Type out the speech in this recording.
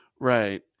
Right